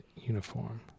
uniform